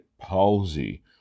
palsy